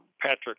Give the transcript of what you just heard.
Patrick